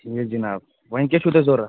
ٹھیٖک جِناب وۅنۍ کیٛاہ چھُو تۅہہِ ضروٗرت